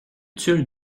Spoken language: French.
tulle